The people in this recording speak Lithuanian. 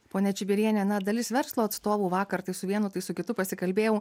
ponia čibiriene na dalis verslo atstovų vakar tai su vienu tai su kitu pasikalbėjau